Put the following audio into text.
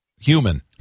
human